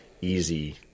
easy